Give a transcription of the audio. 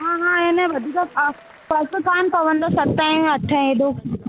हा हा हिन में वधीक फ़र्क़ु कोन पवंदो सत ऐं अठ एॾो